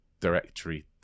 directory